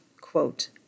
quote